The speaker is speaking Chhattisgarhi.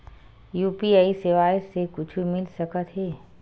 यू.पी.आई सेवाएं से कुछु मिल सकत हे?